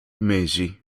mesi